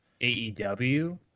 AEW